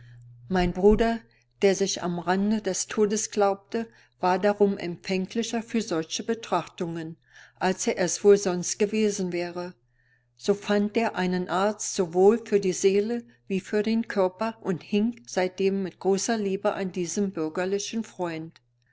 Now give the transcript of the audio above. mein bruder der sich am rande des todes glaubte war darum empfänglicher für solche betrachtungen als er es wohl sonst gewesen wäre so fand er einen arzt sowohl für die seele wie für den körper und hing seitdem mit großer liebe an diesem bürgerlichen freund